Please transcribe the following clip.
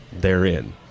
therein